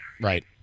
Right